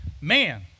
man